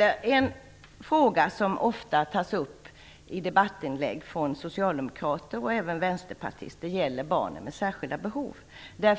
En fråga som ofta tas upp i debattinlägg från socialdemokrater och även från vänsterpartister gäller barn med särskilda behov.